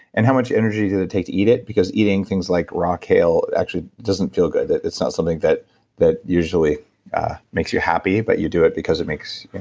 and how much energy does it take to eat it? because eating things like raw kale actually doesn't feel good. it's not something that that usually makes you happy, but you do it because it makes.